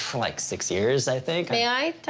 like, six years i think. may i